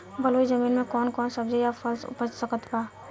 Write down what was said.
बलुई जमीन मे कौन कौन सब्जी या फल उपजा सकत बानी?